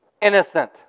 innocent